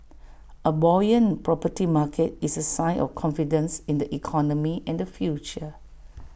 A buoyant property market is A sign of confidence in the economy and the future